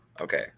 Okay